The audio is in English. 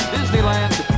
Disneyland